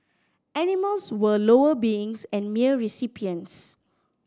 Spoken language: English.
animals were lower beings and mere recipients